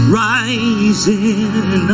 rising